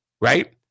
right